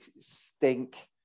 stink